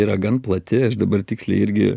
yra gan plati aš dabar tiksliai irgi